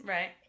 Right